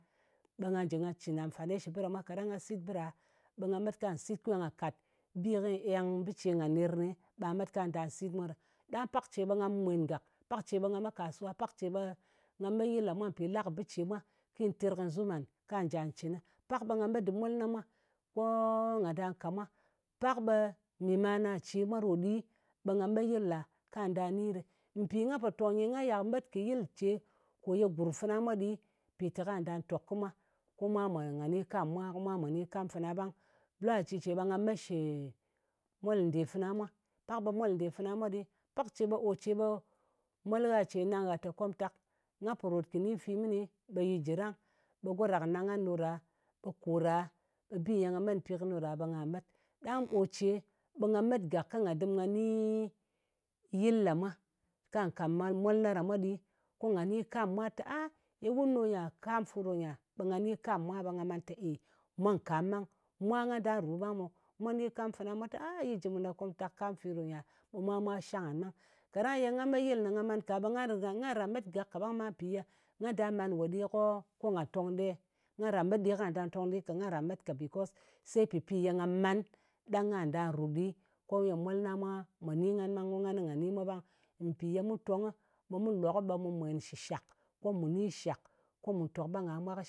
Ɓe nga jɨ nga cɨn amfani shɨ bɨ ɗa mwa. Kaɗang nga sit bɨ ɗa, ɓe nga met ko nga sit bi kɨy eng bɨ ce ngan ner kɨni, ɓa met kwa da sit mwa ɗɨ. Pak ce ɓe nga mwen gak. Pak ce ɓe nga met kasuwa. Pak ce ɓe nga me yɨl ɗa mwa mpì la kɨ bɨ ce mwa ki terkazɨm ngan ka njà cɨnɨ. Pak ɓe nga met dɨr molna mwa, ko nga da ka mwa. Pak ɓe mì mana ce mwa ɗo ɗi, ɓe nga me yɨl ɗa kwa nda ni ɗɨ. Mpì nga pò tong nyi, nga ya met kɨ yɨl ce ko ye gurm fana mwa ɗi, mpìte kwa nda tok kɨ mwa, ko mwa nga ni kam kɨ mwa, ko mwa mwà ni kam, fana ɓang. la ci ce ɓe nga met shɨ mol nɗe fana mwa. Pak ɓe mol kɨ nde fana mwa ɗi. Pak ce ɓe ko ce ɓe mol gha ce nang gha te, komtak nga po rot kɨ ni fi mɨni, ɓi jli ɗang, ɓe go ɗa kɨ nang ngan ɗo ɗa ɓe ko ra, bi ye nga met mpi kɨni ɗa ɗa ɓe nga met. Ɗang ò ce ɓe nga met gak ko nga dɨm nga ni yɨl ɗa mwa, ka nga ka molna ɗa mwa ɗi, ko nga ni kam kɨ mwa te, a ye wun ɗo nyia! Kam fu ɗo nyia, ɓe nga ni kam kɨ mwa, ɓe nga man te mwa nkam ɓang. Mwa nga da ru ɓe mwa ni kam fana ɓe mwa te, yi jɨ mun a komtak. Kam fi ɗo nyia? Ɓe mwa mwa shang ngan ɓang. Kaɗang ye nga me yɨl ne nga man ka, ɓe nga ra nga ran met kaɓang ma. Mpì ye nga da man we ɗi ko nga to di e? Nga ran met ɗi ka, becos se pɨpi ye nga man ɗang ka nda ru ɗi, ko ye molna mwa mwà ni ngan, ko ngan nga ni mwa ɓang. Mpì ye mu tong, ɓe kɨ lok ɓe mu mwen shɨ shak, ko mu ni shak, ko mù tok ɓang a mwa kɨ